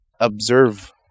observe